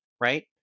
Right